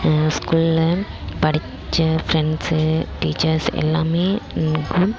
ஸ்கூலில் படித்த friends teachers எல்லாமே